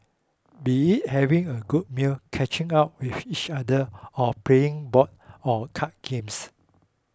be having a good meal catching up with each other or playing board or card games